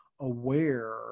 aware